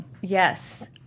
Yes